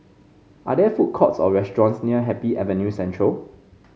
are there food courts or restaurants near Happy Avenue Central